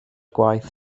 gwaith